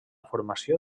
formació